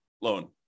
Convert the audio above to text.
loan